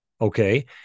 Okay